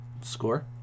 Score